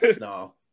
No